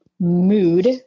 mood